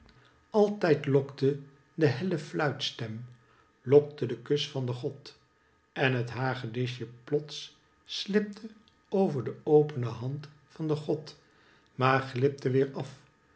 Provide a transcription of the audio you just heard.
altijd lokte de helle fluitsccm lokte de kus van den god en het hagedisje plots slipte over de opene hand van den god maar glipte weer af